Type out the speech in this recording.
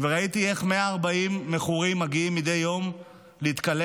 וראיתי איך 140 מכורים מגיעים מדי יום להתקלח,